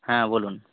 হ্যাঁ বলুন